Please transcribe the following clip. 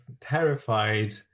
terrified